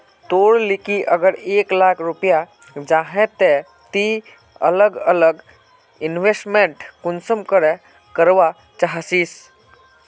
तोर लिकी अगर एक लाख रुपया जाहा ते ती अलग अलग इन्वेस्टमेंट कुंसम करे करवा चाहचिस?